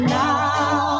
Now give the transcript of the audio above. now